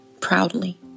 proudly